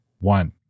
one